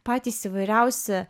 patys įvairiausi